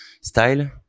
style